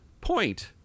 point